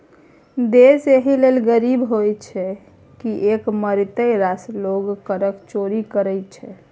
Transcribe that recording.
देश एहि लेल गरीब होइत छै किएक मारिते रास लोग करक चोरि करैत छै